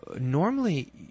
normally